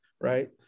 Right